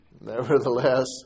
Nevertheless